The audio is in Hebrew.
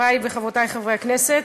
חברי וחברותי חברי הכנסת,